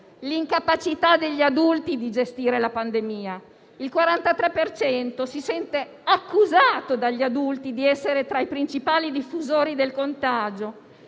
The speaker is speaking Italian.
l'incapacità degli adulti di gestire la pandemia. Il 43 per cento si sente accusato dagli adulti di essere tra i principali diffusori del contagio,